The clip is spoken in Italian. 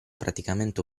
praticamente